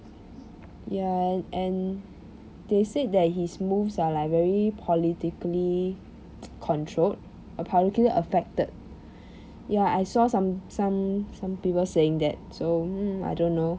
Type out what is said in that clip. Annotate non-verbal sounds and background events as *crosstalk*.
ya and and they said that his moves are like very politically *noise* controlled err politically affected ya I saw some some some people saying that so mm I don't know